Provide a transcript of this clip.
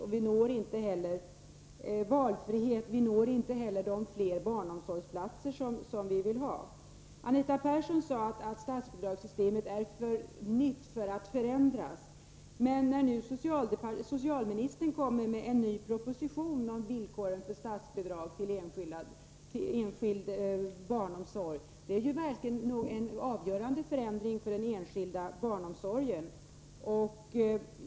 Vi når inte heller valfrihet och de ytterligare barnomsorgsplatser som vi vill ha. Anita Persson sade att statsbidragssystemet är för nytt för att förändras. Men socialministern kommer ändå med en ny proposition om villkoren för statsbidrag till enskild barnomsorg. Det är ju verkligen en avgörande förändring för den enskilda barnomsorgen.